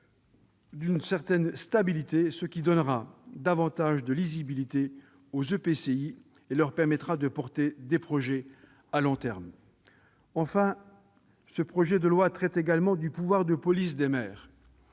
d'une certaine stabilité, ce qui donnera davantage de lisibilité aux EPCI et leur permettra de porter des projets à long terme. Enfin, ce projet de loi traite également du pouvoir de police des maires.